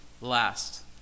last